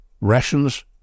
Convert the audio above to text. rations